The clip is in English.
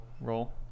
roll